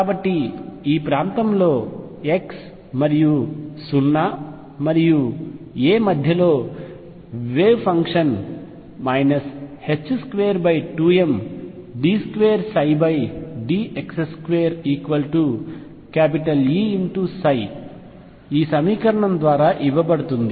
కాబట్టి ఈ ప్రాంతంలో x మరియు 0 మరియు a మధ్యలో వేవ్ ఫంక్షన్ 22md2 dx2Eψ ఈ సమీకరణం ద్వారా ఇవ్వబడుతుంది